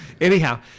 Anyhow